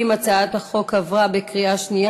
חבר הכנסת איציק שמולי,